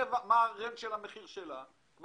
מה ה-range של המחיר שלה.